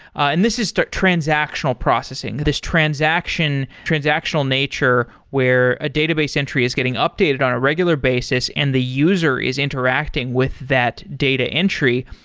and this is transactional processing. this transactional transactional nature where a database entry is getting updated on a regular basis and the user is interacting with that data entry.